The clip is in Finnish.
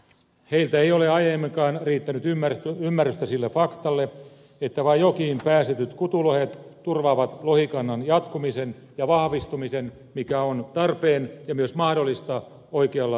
heiltä ei ole aiemminkaan riittänyt ymmärrystä sille faktalle että vain jokiin päästetyt kutulohet turvaavat lohikannan jatkumisen ja vahvistumisen mikä on tarpeen ja myös mahdollista oikealla lohipolitiikalla